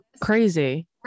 crazy